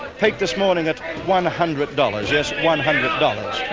peaked this morning at one hundred dollars. yes, one hundred dollars.